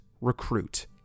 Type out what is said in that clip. recruit